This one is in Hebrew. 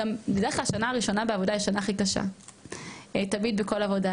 גם בדרך כלל השנה הראשונה בעבודה היא השנה הכי קשה תמיד בכל עבודה,